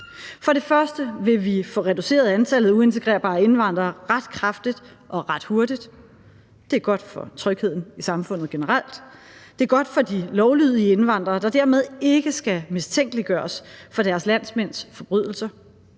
For det første vil vi få reduceret antallet af uintegrerbare indvandrere ret kraftigt og ret hurtigt. Det er godt for trygheden i samfundet generelt; det er godt for de lovlydige indvandrere, der dermed ikke skal mistænkeliggøres for deres landsmænds forbrydelser;